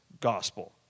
gospel